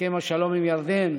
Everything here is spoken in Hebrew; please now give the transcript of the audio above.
הסכם השלום עם ירדן,